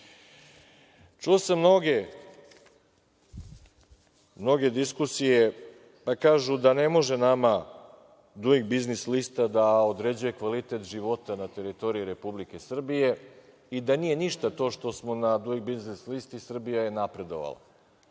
sam mnoge diskusije, pa kažu da ne može nama Duing biznis lista da određuje kvalitet života na teritoriji Republike Srbije i da nije ništa to što smo na Duing biznis listi, Srbija je napredovala.